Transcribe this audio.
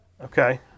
Okay